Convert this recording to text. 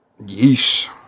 Yeesh